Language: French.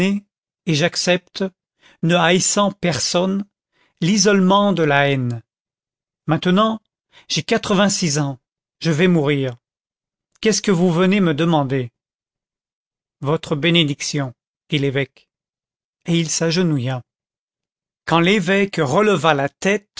et j'accepte ne haïssant personne l'isolement de la haine maintenant j'ai quatre-vingt-six ans je vais mourir qu'est-ce que vous venez me demander votre bénédiction dit l'évêque et il s'agenouilla quand l'évêque releva la tête